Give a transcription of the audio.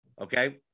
Okay